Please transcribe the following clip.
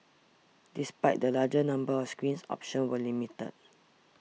despite the larger number of screens options were limited